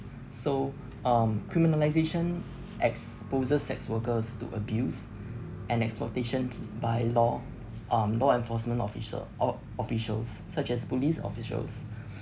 so um criminalization exposes sex workers to abuse and exploitation by law um law enforcement officer or officials such as police officials